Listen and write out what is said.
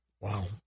Wow